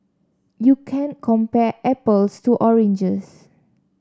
you can't compare apples to oranges